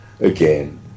again